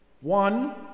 one